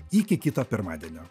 iki kito pirmadienio